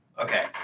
Okay